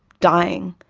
dying,